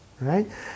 Right